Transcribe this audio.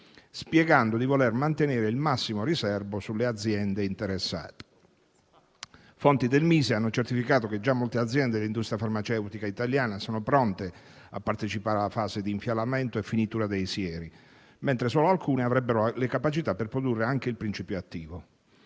spiegando di voler mantenere il massimo riserbo sulle aziende interessate. Fonti del Mise hanno certificato che già molte aziende dell'industria farmaceutica italiana sono pronte a partecipare alla fase di infialamento e finitura dei sieri, mentre solo alcune avrebbero le capacità per produrre anche il principio attivo.